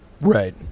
right